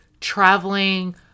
traveling